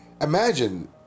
imagine